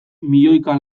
milioika